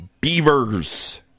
Beavers